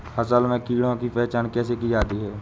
फसल में कीड़ों की पहचान कैसे की जाती है?